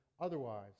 otherwise